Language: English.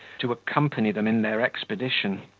to accompany them in their expedition,